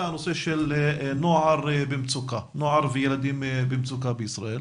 הוא הנושא של נוער וילדים במצוקה בישראל.